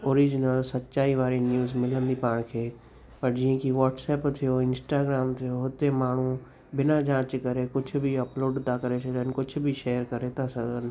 original सचाई वारी news मिलंदी पाण खे पर जीअं कि वाट्सअप थियो इंस्टाग्राम थियो हुते माण्हू बिना जांच करे कुझु बि अपलोड था करे छॾनि कुझ बि शेयर करे था सघनि